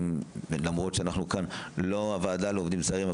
למרות שאנחנו כאן לא הוועדה לעובדים זרים,